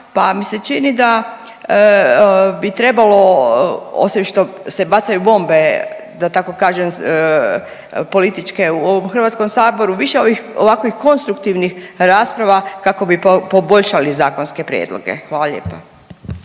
pa mi se čini da bi trebalo osim što se bacaju bombe da tako kažem političke u ovom HS, više ovih, ovakvih konstruktivnih rasprava kako bi poboljšali zakonske prijedloge, hvala lijepa.